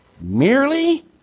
merely